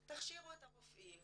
תכשירו את הרופאים,